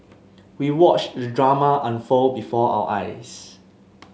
we watched the drama unfold before our eyes